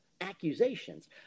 accusations